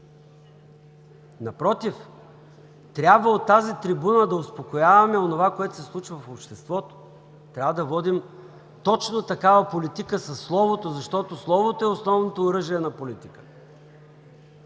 Напротив, трябва от тази трибуна да успокояваме онова, което се случва в обществото, трябва да водим точно такава политика със словото, защото словото е основното оръжие на политиката.